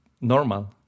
normal